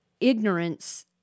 ignorance